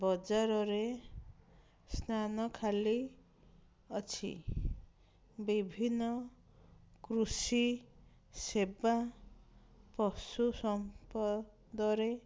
ବଜାରରେ ସ୍ନାନ ଖାଲି ଅଛି ବିଭିନ୍ନ କୃଷି ସେବା ପଶୁ ସମ୍ପଦରେ